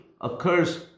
occurs